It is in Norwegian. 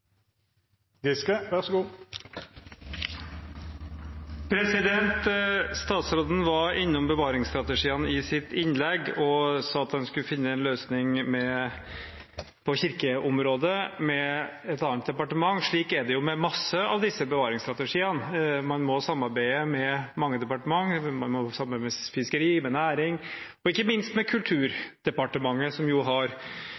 sa at han skulle finne en løsning på kirkeområdet med et annet departement. Slik er det med mange av disse bevaringsstrategiene. Man må samarbeide med mange departement. Man må samarbeide med Nærings- og fiskeridepartementet og ikke minst med Kulturdepartementet, som jo har